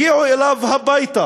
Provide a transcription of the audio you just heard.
הגיעו אליו הביתה